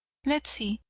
let's see,